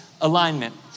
alignment